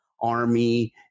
Army